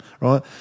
Right